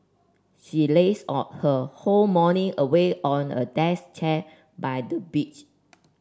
she lazed out her whole morning away on a desk chair by the beach